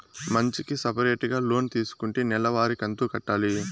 మంచికి సపరేటుగా లోన్ తీసుకుంటే నెల వారి కంతు కట్టాలి